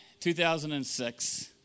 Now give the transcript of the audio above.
2006